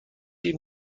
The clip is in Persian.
این